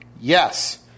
Yes